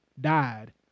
died